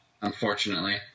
Unfortunately